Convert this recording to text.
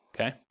okay